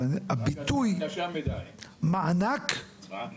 אבל הביטוי "מענק" גורם לי לפריחה.